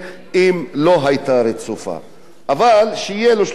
אבל שיהיו לו 35 שנות עבודה סדירות,